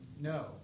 no